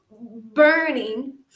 burning